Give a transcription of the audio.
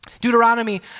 Deuteronomy